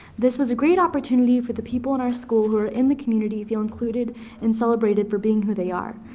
this was a great opportunity for the people in our school who are in the community to feel included and celebrated for being who they are.